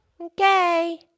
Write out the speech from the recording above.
okay